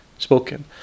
Spoken